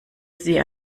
sie